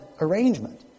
arrangement